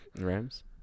Rams